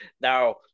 Now